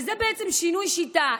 וזה בעצם שינוי שיטה.